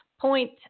point